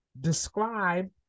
describe